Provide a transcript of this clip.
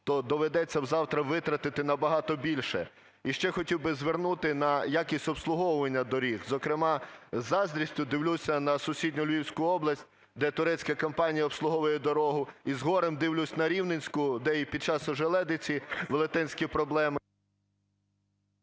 то доведеться завтра витратити набагато більше. І ще хотів би звернути на якість обслуговування доріг, зокрема, із заздрістю дивлюся на сусідню Львівську область, де турецька компанія обслуговує дорогу, і з горем дивлюся на Рівненську, де і під час ожеледиці велетенські проблеми…